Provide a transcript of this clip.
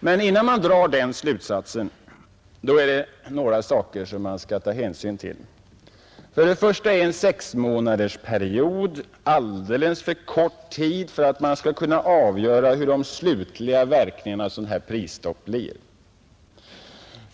Men innan man drar den slutsatsen är det några saker man skall ta hänsyn till. För det första är en sexmånadersperiod alldeles för kort tid för att man skall kunna avgöra hur de slutliga verkningarna av ett prisstopp blir.